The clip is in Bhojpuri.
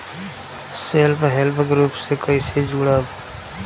सेल्फ हेल्प ग्रुप से कइसे जुड़म?